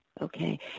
okay